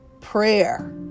prayer